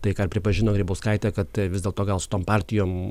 tai ką ir pripažino grybauskaitė kad vis dėlto gal su tom partijom